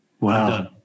Wow